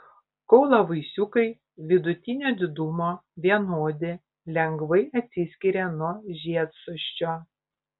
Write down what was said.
kaulavaisiukai vidutinio didumo vienodi lengvai atsiskiria nuo žiedsosčio